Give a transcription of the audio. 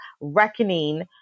reckoning